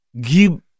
give